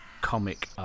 comic